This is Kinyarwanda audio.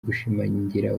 gushimangira